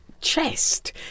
chest